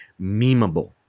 memeable